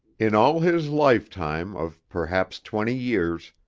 in all his lifetime of perhaps twenty years,